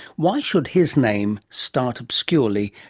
why should his name start obscurely,